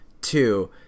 Two